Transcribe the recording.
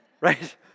Right